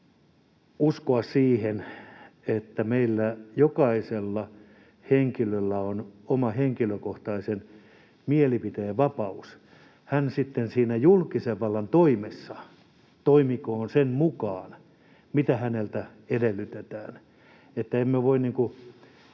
uskoa siihen, että meillä jokaisella henkilöllä on oman henkilökohtaisen mielipiteen vapaus. Hän sitten siinä julkisen vallan toimessaan toimikoon sen mukaan, mitä häneltä edellytetään. Emme voi